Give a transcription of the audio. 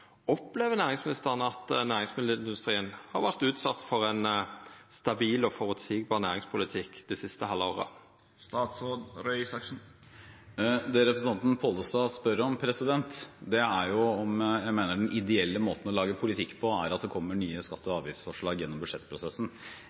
Opplever næringsministeren at næringsmiddelindustrien har vore utsett for ein stabil og føreseieleg næringspolitikk det siste halve året? Det representanten Pollestad spør om, er om jeg mener den ideelle måten å lage politikk på, er at det kommer skatte- og avgiftsforslag gjennom budsjettprosessen.